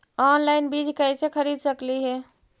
Online बीज कईसे खरीद सकली हे?